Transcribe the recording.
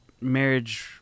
marriage